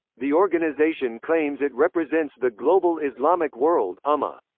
the organization claims it represents the global islamic world um ah